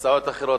הצעות אחרות.